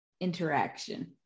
interaction